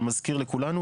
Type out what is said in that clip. אני מזכיר לכולנו,